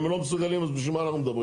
אם הם לא מסוגלים אז בשביל מה אנחנו מדברים?